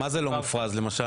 מה זה לא מופרז למשל?